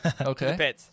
okay